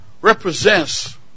represents